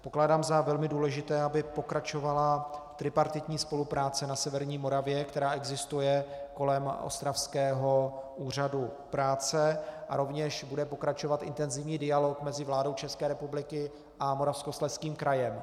Pokládám za velmi důležité, aby pokračovala tripartitní spolupráce na severní Moravě, která existuje kolem ostravského úřadu práce, a rovněž bude pokračovat intenzivní dialog mezi vládou ČR a Moravskoslezským krajem.